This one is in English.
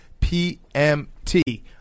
PMT